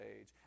age